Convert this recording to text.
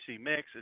mix